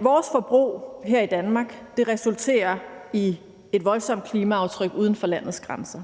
vores forbrug her i Danmark resulterer i et voldsomt klimaaftryk uden for landets grænser.